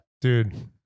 Dude